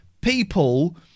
people